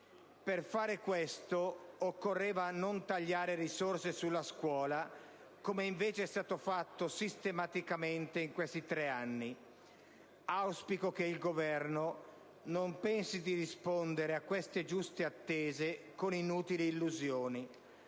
Per fare questo occorreva non tagliare risorse sulla scuola, come invece è stato fatto sistematicamente in questi tre anni. Auspico che il Governo non pensi di rispondere a queste giuste attese con inutili illusioni.